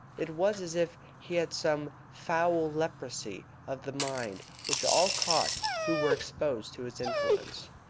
it was as if he had some foul leprosy of the mind which all caught who were exposed to his influence.